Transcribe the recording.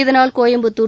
இதனால் கோயம்புத்தூர்